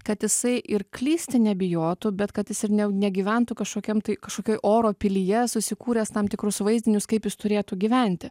kad jisai ir klysti nebijotų bet kad jis ir ne negyventų kažkokiam tai kažkokioj oro pilyje susikūręs tam tikrus vaizdinius kaip jis turėtų gyventi